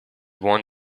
won